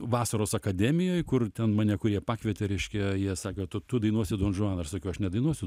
vasaros akademijoj kur ten mane kurie pakvietė reiškia jie sakė tu tu dainuosi donžuaną aš sakiau aš nedainuosiu